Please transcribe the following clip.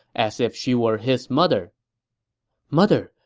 as if she were his mother mother,